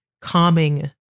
calming